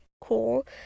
cool